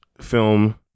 film